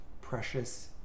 precious